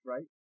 Right